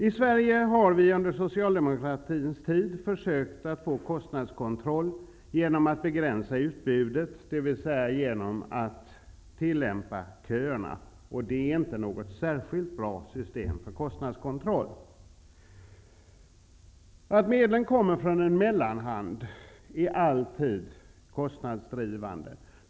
I Sverige har vi under socialdemokratins tid försökt att få kostnadskontroll genom att begränsa utbudet, dvs. genom att tillämpa köerna. Det är inte något särskilt bra system för kostnadskontroll. Att medlen kommer från en mellanhand är alltid kostnadsdrivande.